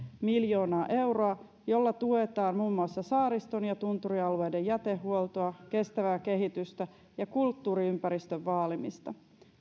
miljoonaa euroa jolla tuetaan muun muassa saariston ja tunturialueiden jätehuoltoa kestävää kehitystä ja kulttuuriympäristön vaalimista